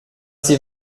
sie